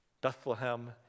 Bethlehem